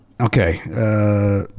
okay